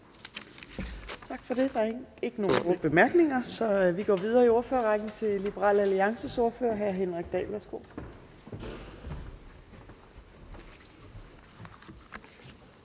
Tak for det. Der er ikke nogen korte bemærkninger, så vi går videre i ordførerrækken til Liberal Alliances ordfører, hr. Henrik Dahl. Værsgo.